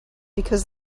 because